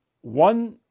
One